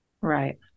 right